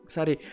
Sorry